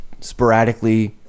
sporadically